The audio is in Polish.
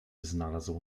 znalazł